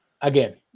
Again